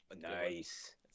Nice